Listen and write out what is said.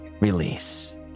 Release